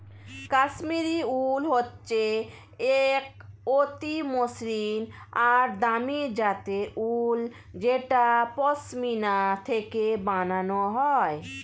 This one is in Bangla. কাশ্মীরি উল হচ্ছে এক অতি মসৃন আর দামি জাতের উল যেটা পশমিনা থেকে বানানো হয়